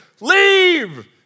leave